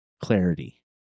Clarity